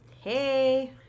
Hey